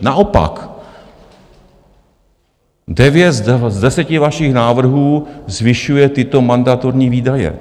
Naopak devět z deseti vašich návrhů zvyšuje tyto mandatorní výdaje.